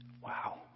wow